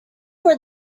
were